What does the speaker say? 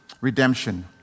redemption